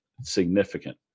significant